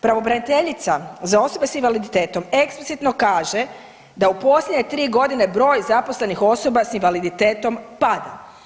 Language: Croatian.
Pravobraniteljica za osobe s invaliditetom eksplicitno kaže da u posljednje 3 godine broj zaposlenih osoba s invaliditetom pada.